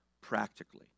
practically